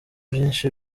byinshi